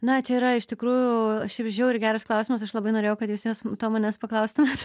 na čia yra iš tikrųjų šiaip žiauriai geras klausimas aš labai norėjau kad jūs juos to manęs paklaustumėt